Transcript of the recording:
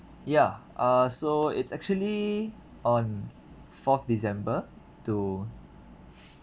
ya uh so it's actually on fourth december to